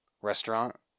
restaurant